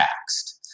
taxed